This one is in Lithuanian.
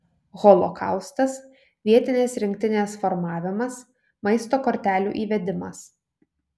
holokaustas vietinės rinktinės formavimas maisto kortelių įvedimas